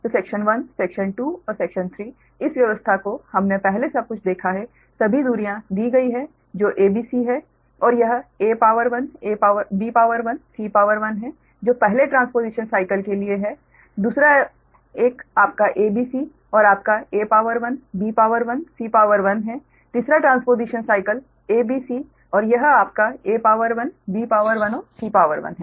तो section 1 section 2 और section 3 इस व्यवस्था को हमने पहले सब कुछ देखा है सभी दूरियाँ दी गई है जो a b c है और यह abc है जो पहले ट्रांसपोजिशन साइकल के लिए है दूसरा 1 आपका a b c और आपका abc है तीसरा ट्रांसपोजिशन साइकल abc और यह आपका abऔर c है